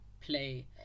play